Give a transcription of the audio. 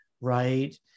right